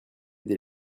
des